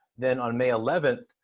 then on may eleventh,